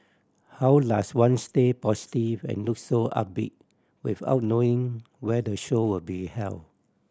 how does one stay positive and look so upbeat without knowing where the show will be held